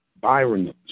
Byron